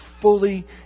fully